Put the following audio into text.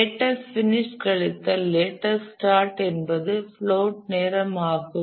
latest finish கழித்தல் latest start என்பது float நேரம் ஆகும்